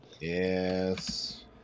Yes